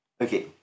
Okay